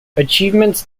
achievements